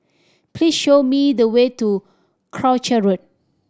please show me the way to Croucher Road